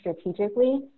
strategically